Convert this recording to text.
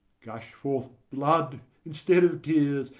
gush forth blood, instead of tears!